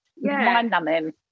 mind-numbing